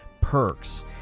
perks